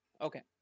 Okay